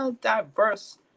diverse